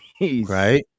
right